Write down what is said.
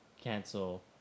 cancel